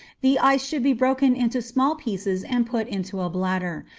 the ice should be broken into small pieces and put into a bladder,